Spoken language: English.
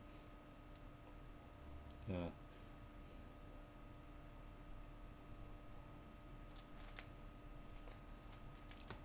ya